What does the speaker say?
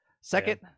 Second